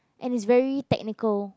and it's very technical